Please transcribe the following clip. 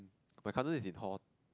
my cousin is in hall